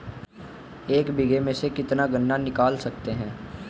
एक बीघे में से कितना गन्ना निकाल सकते हैं?